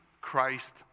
Christ